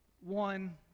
one